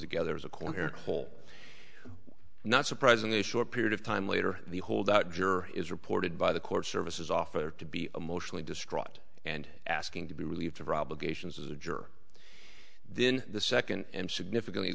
together as a coherent whole not surprisingly a short period of time later the holdout juror is reported by the court services officer to be emotionally distraught and asking to be relieved of our obligations as a juror then the second and significantly